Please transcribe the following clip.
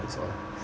that's all